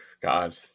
god